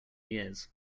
years